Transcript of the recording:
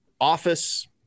office